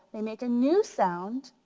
they make a new sound